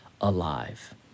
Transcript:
alive